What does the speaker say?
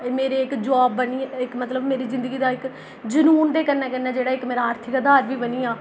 मेरी इक जाब बनियै इक मतलब मेरी जिंदगी दा इक जनून दे कन्नै कन्नै जेह्ड़ा इक मेरा आर्थक अधार बी बनी जा